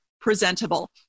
presentable